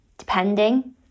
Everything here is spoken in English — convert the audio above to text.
Depending